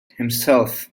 himself